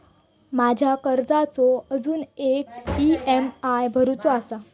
माझ्या कर्जाचो अजून किती ई.एम.आय भरूचो असा?